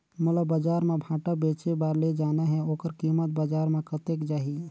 मोला बजार मां भांटा बेचे बार ले जाना हे ओकर कीमत बजार मां कतेक जाही?